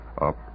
Up